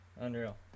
unreal